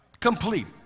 Complete